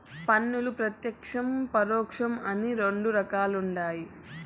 పన్నుల్ల ప్రత్యేక్షం, పరోక్షం అని రెండు రకాలుండాయి